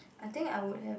I think I would have